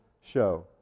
show